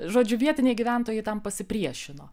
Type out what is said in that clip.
žodžiu vietiniai gyventojai tam pasipriešino